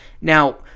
Now